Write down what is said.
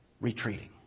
retreating